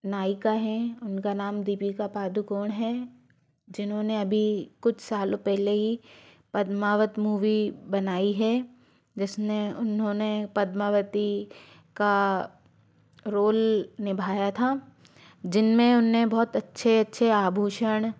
नायिका हैं उनका नाम दीपिका पादुकोण है जिन्होंने अभी कुछ सालों पहले ही पद्मावत मूवी बनाई है जिसने उन्होंने पद्मावती का रोल निभाया था जिनमें उन्हें बहुत अच्छे अच्छे आभूषण